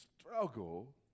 struggle